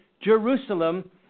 Jerusalem